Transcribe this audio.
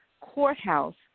courthouse